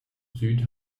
süd